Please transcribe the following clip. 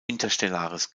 interstellares